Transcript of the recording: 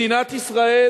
מדינת ישראל,